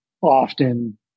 often